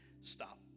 stop